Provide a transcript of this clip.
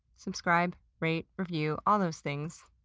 subscribe, rate, review, all those things.